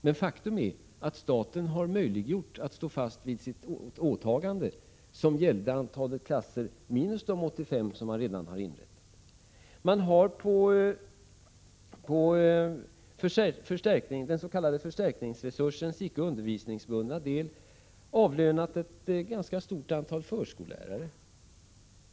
Men faktum är att staten har möjliggjort att stå fast vid sitt åtagande, som gällde antalet platser minus dessa 80-85 som redan hade inrättats. På den s.k. förstärkningsresursens icke undervisningsbundna del har man avlönat ett ganska stort antal förskollärare.